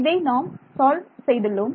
இதை நாம் சால்வ் செய்துள்ளோம்